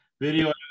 Video